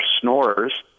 snorers